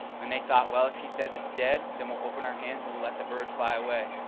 and they thought, well, if he says it's dead then we'll open our hands and we'll let the bird fly away.